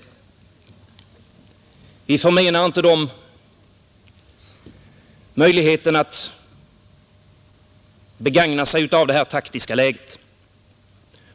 Vi förmenar dem inte möjligheten att begagna sig av detta taktiska läge.